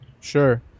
sure